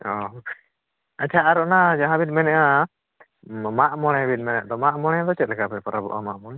ᱦᱮᱸ ᱟᱪᱪᱷᱟ ᱚᱱᱟ ᱡᱟᱦᱟᱸ ᱵᱤᱱ ᱢᱮᱱᱮᱜᱼᱟ ᱢᱟᱜ ᱢᱚᱬᱮ ᱵᱤᱱ ᱢᱮᱱᱮᱜ ᱫᱚ ᱢᱟᱜ ᱢᱚᱬᱮ ᱫᱚ ᱪᱮᱫᱞᱮᱠᱟ ᱯᱮ ᱯᱚᱨᱚᱵᱚᱜᱼᱟ ᱢᱟᱜ ᱢᱚᱬᱮ